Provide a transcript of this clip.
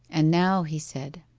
and now he said,